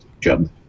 job